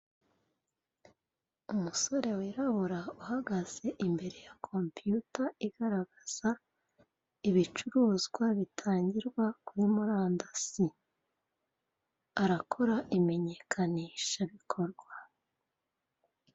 Umusore wirabura uhagaze imbere ya kompiyuta igaragaza ibicuruzwa bitangirwa kuri murandasi, arakora imenyekanisha bikorwa.